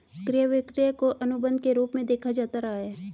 क्रय विक्रय को अनुबन्ध के रूप में देखा जाता रहा है